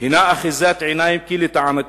הינה אחיזת עיניים, כי לטענתנו,